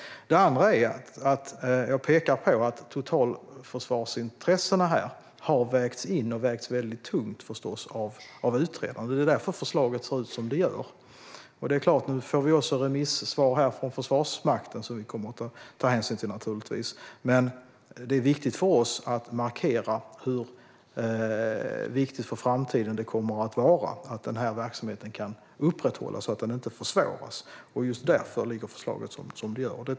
Det andra jag vill peka på är att totalförsvarsintressena här har vägts in tungt av utredaren. Det är därför som förslaget ser ut som det gör. Nu kommer vi också att få ett remissvar från Försvarsmakten, som vi naturligtvis kommer att ta hänsyn till. Men det är viktigt för oss att markera hur viktigt för framtiden det kommer att vara att den här verksamheten kan upprätthållas och inte försvåras. Just därför ligger förslaget som det gör.